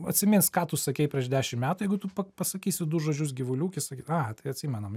atsimins ką tu sakei prieš dešimt metų jeigu tu pa pa pasakysi du žodžius gyvulių ūkis saky a tai atsimenam